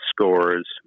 scores